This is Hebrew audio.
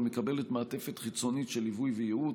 שמקבלות מעטפת חיצונית של ליווי וייעוץ,